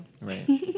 Right